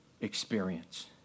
experience